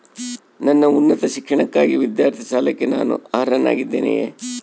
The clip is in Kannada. ನನ್ನ ಉನ್ನತ ಶಿಕ್ಷಣಕ್ಕಾಗಿ ವಿದ್ಯಾರ್ಥಿ ಸಾಲಕ್ಕೆ ನಾನು ಅರ್ಹನಾಗಿದ್ದೇನೆಯೇ?